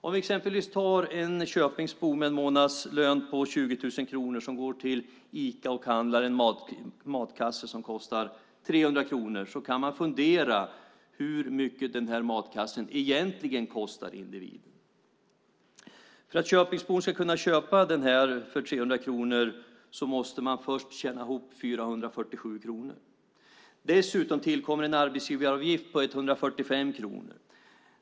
Om till exempel en Köpingsbo med en månadslön på 20 000 kronor går till Ica och handlar en matkasse som kostar 300 kronor kan man fundera över hur mycket den matkassen egentligen kostar individen. För att Köpingsbon ska kunna handla för 300 kronor måste han först tjäna ihop 447 kronor. Dessutom tillkommer en arbetsgivaravgift på 145 kronor.